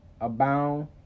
abound